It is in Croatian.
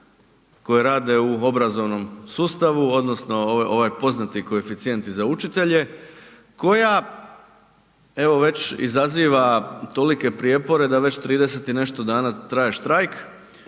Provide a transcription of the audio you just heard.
koji rade u obrazovnom sustavu odnosno ovaj poznati koeficijenti za učitelje, koja evo već izaziva tolike prijepore da već 30 i nešto dana traje štrajk,